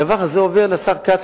כל דבר כזה עובר לשר כץ,